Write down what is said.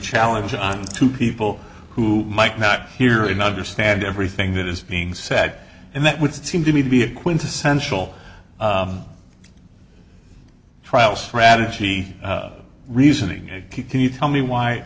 challenge on two people who might not hear and understand everything that is being sad and that would seem to me to be a quintessential trial strategy reasoning can you tell me